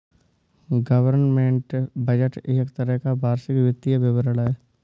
government budget एक तरह का वार्षिक वित्तीय विवरण है